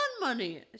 money